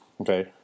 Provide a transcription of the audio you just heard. okay